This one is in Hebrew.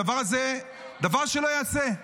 הדבר הזה הוא דבר שלא ייעשה,